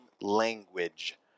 language